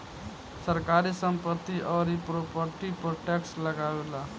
सरकार संपत्ति अउरी प्रॉपर्टी पर टैक्स लगावेला